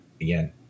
again